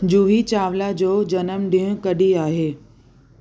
जुही चावला जो जनम ॾींहुं कॾहिं आहे